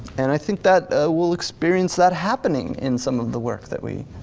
and i think that we'll experience that happening in some of the work that we